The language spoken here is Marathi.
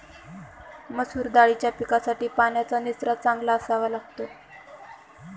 मसूर दाळीच्या पिकासाठी पाण्याचा निचरा चांगला असावा लागतो